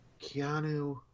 Keanu